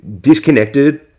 disconnected